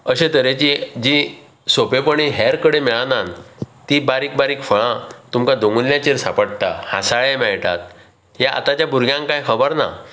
अशें तरेची जी सोंपेपणी हेर कडेन मेळनात ती बारीक बारीक फळां तुमकां दोंगुल्ल्यांचेर सापाडटा हांसाळे मेळटात ते आतांच्या भुरग्यांक कांय खबर ना